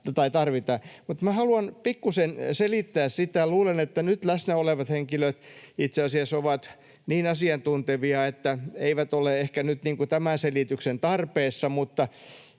haluan pikkuisen selittää tätä, vaikka luulen, että nyt läsnä olevat henkilöt itse asiassa ovat niin asiantuntevia, että eivät ole ehkä nyt tämän selityksen tarpeessa.